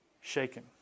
shaken